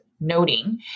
noting